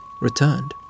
returned